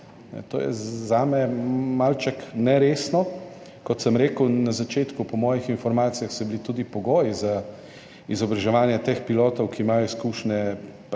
To je zame malo neresno. Kot sem rekel na začetku, po mojih informacijah so bili tudi pogoji za izobraževanje teh pilotov, ki imajo izkušnje,